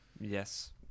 Yes